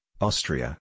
Austria